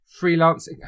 freelancing